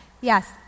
Yes